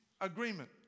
agreement